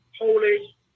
holy